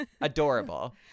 adorable